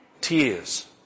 tears